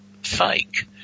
fake